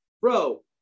bro